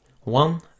one